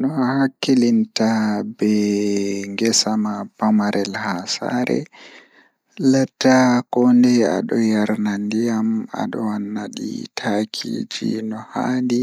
No Ahakkilinta ngesa ma So aɗa waawi jeyde hokkirde leydi, foti naatude ndiyam e caɗeele ngal. Foti woodi waawi sakkitorɗe ko leydi ngal. Tiiɗnde, foti njoɓdi no ndiyam ko fiɗɗorde. Foti naatude leydi ngal to aɗa waɗi ngam miijude leydi. Foti woodi haɓɓude min woori kadi